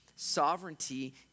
sovereignty